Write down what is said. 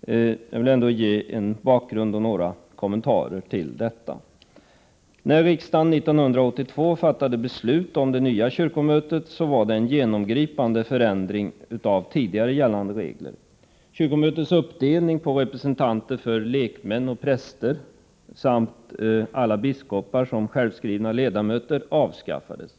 Jag vill här ge en bakgrund och några kommentarer. När riksdagen år 1982 fattade beslut om det nya kyrkomötet innebar det en genomgripande förändring av tidigare gällande regler. Kyrkomötets uppdelning på representanter för lekmän och präster samt alla biskopar som självskrivna ledamöter avskaffades.